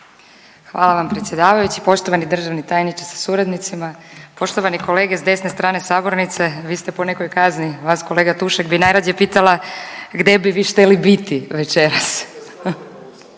Hvala vam predsjedavajući. Poštovani državni tajniče sa suradnicima, poštovani kolege s desne strane sabornice. Vi ste po nekoj kazni. Vas kolega Tušek bi najrađe pitala, gde bi vi šteli biti večeras?